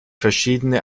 verschiedene